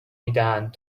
میدهند